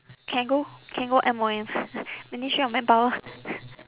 can go can go M_O_M ministry of manpower